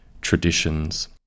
traditions